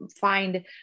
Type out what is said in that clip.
find